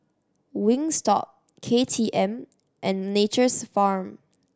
Wingstop K T M and Nature's Farm